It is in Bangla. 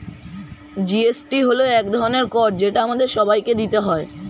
জি.এস.টি হল এক ধরনের কর যেটা আমাদের সবাইকে দিতে হয়